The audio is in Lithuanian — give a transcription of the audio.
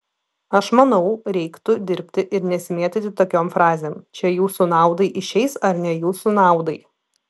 aš manau kad reiktų dirbti ir nesimėtyti tokiom frazėm čia jūsų naudai išeis ar ne jūsų naudai